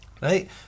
Right